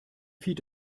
feed